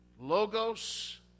Logos